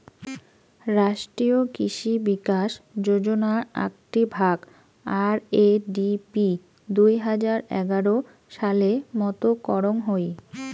রাষ্ট্রীয় কৃষি বিকাশ যোজনার আকটি ভাগ, আর.এ.ডি.পি দুই হাজার এগার সালে মত করং হই